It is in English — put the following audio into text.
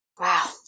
wow